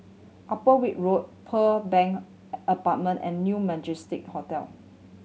Upper Weld Road Pearl Bank Apartment and New Majestic Hotel